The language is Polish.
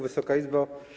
Wysoka Izbo!